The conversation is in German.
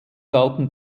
galten